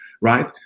right